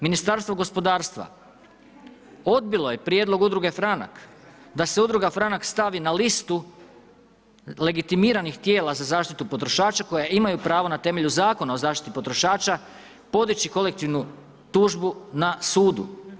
Ministarstvo gospodarstva odbilo je prijedlog Udruge Franak da se Udruga Franak stavi na listu legitimiranih tijela za zaštitu potrošača koji imaju pravo na temelju Zakona o zaštiti potrošača podići kolektivnu tužbu na sudu.